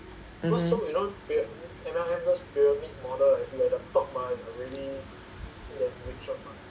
mmhmm